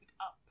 up